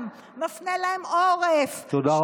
מפנה להם עורף, תודה רבה.